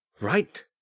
Right